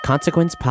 Consequence